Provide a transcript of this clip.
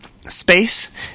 space